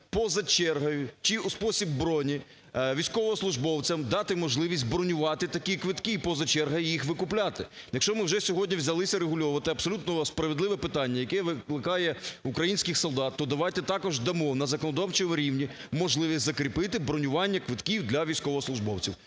поза чергою чи у спосіб броні військовослужбовцям дати можливість бронювати такі квитки і поза чергою їх викупляти. Якщо ми вже сьогодні взялися врегульовувати абсолютно справедливе питання, яке виникає в українських солдат, то давайте також дамо на законодавчому рівні можливість закріпити бронювання квитків для військовослужбовців.